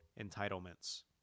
entitlements